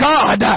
God